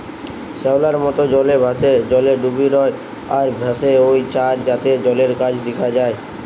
শ্যাওলার মত, জলে ভাসে, জলে ডুবি রয় আর ভাসে ঔ চার জাতের জলের গাছ দিখা যায়